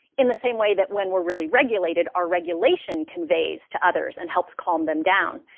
in the same way that when we're really regulated our regulation conveys to others and helps calm them down.